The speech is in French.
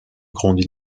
grande